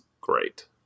great